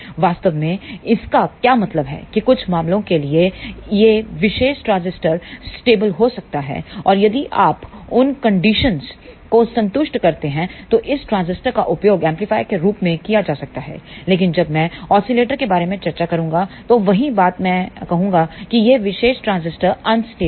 वास्तव में इसका क्या मतलब है कि कुछ मामलों के लिए यह विशेष ट्रांजिस्टर स्टेबल हो सकता है और यदि आप उन कंडीशन को संतुष्ट करते हैं तो इस ट्रांजिस्टर का उपयोग एम्पलीफायर के रूप में किया जा सकता है लेकिन जब मैं ओसीलेटर के बारे में चर्चा करूँगा तो वही बात मैं कहूँगा की यह विशेष ट्रांजिस्टर अनस्टेबल है